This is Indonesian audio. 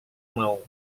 mau